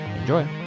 Enjoy